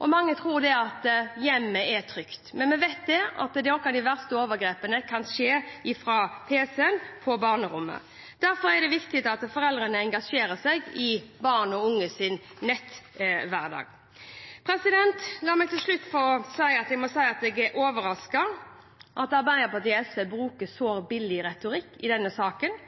og mange tror hjemmet er trygt. Men vi vet at noen av de verste overgrepene kan skje fra pc-en på barnerommet. Derfor er det viktig at foreldrene engasjerer seg i barn og unges netthverdag. La meg til slutt si at jeg er overrasket over at Arbeiderpartiet og SV bruker så billig retorikk i denne saken